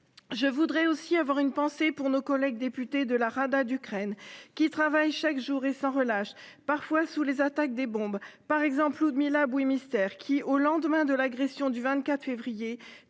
Je voudrais aussi avoir une pensée pour nos collègues députés de la Rada d'Ukraine qui travaillent chaque jour et sans relâche parfois sous les attaques des bombes par exemple ou de Mila Buimister, qui au lendemain de l'agression du 24 février